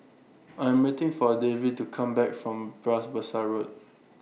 I'm waiting For Davie to Come Back from Bras Basah Road